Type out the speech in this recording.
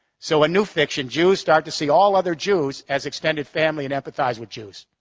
so a new fiction, jews start to see all other jews as extended family and empathize with jews.